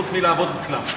חוץ מלעבוד אצלם.